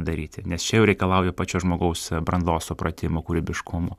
daryti nes čia jau reikalauja pačio žmogaus brandos supratimo kūrybiškumo